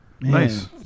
Nice